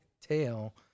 tail